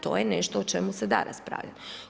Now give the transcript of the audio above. To je nešto o čemu se da raspravljati.